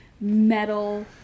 metal